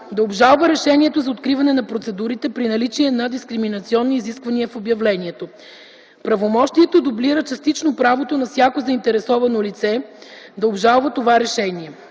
да обжалва решението за откриване на процедурите, при наличие на дискриминационни изисквания в обявлението. Правомощието дублира частично правото на всяко заинтересовано лице да обжалва това решение.